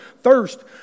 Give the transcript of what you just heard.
thirst